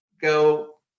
go